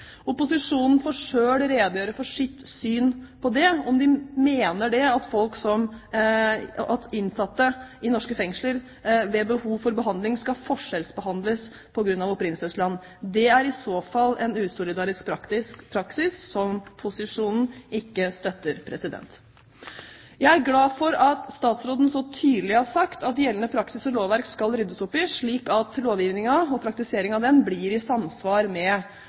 Opposisjonen får selv redegjøre for sitt syn på det – om de mener at innsatte i norske fengsler ved behov for behandling skal forskjellsbehandles på grunn av opprinnelsesland. Det er i så fall en usolidarisk praksis som posisjonen ikke støtter. Jeg er glad for at statsråden så tydelig har sagt at gjeldende praksis og lovverk skal ryddes opp i, slik at lovgivningen, og praktiseringen av den, blir i samsvar med